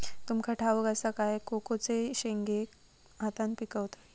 तुमका ठाउक असा काय कोकोचे शेंगे हातान पिकवतत